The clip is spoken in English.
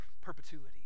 perpetuity